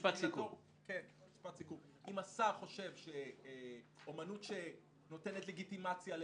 משרדי הממשלה, לפני שאני נותן לאורחים.